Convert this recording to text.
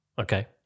Okay